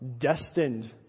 destined